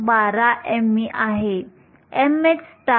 12 me आहे mh 0